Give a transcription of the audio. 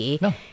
No